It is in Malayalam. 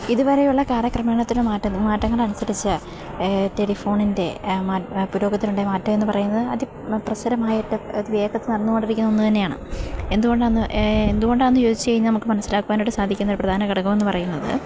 ഇതുവരെയുള്ള കാലക്രമേണത്തിലെ മാറ്റങ്ങളനുസരിച്ച് ടെലിഫോണിൻ്റെ പുരോഗത്തിലുണ്ടായ മാറ്റമെന്ന് പറയുന്നത് അതിപ്രസരമായിട്ട് അത് വേഗത്തില് നടന്നുകൊണ്ടിരിക്കുന്ന ഒന്ന് തന്നെയാണ് എന്തുകൊണ്ടാണെന്ന് എന്തുകൊണ്ടാണെന്ന് ചോദിച്ചുകഴിഞ്ഞാല് നമുക്ക് മനസ്സിലാക്കുവാനായിട്ട് സാധിക്കുന്ന ഒരു പ്രധാനഘടകമെന്ന് പറയുന്നത്